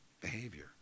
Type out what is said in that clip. behavior